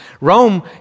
Rome